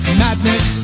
madness